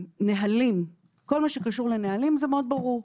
נהלים, כל מה שקשור לנהלים זה מאוד ברור.